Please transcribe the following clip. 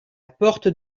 porte